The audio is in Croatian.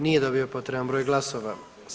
Nije dobio potreban broj glasova.